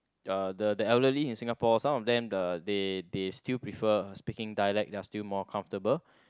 uh the the elderly in Singapore some of them the they they still prefer speaking dialect they are still more comfortable